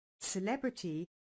celebrity